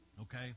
Okay